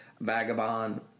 vagabond